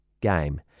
game